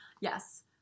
Yes